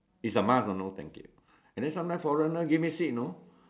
its a must you know no thank you and then sometimes foreigner give me seat you know